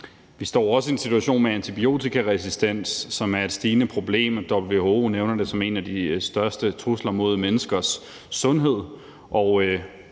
Vi står også i en situation med antibiotikaresistens, som er et stigende problem. WHO nævner det som en af de største trusler mod menneskers sundhed,